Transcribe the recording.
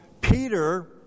Peter